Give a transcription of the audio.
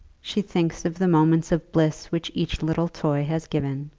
she thinks of the moments of bliss which each little toy has given.